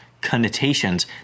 connotations